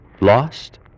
Lost